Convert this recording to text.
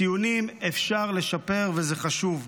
ציונים אפשר לשפר וזה חשוב,